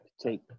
Take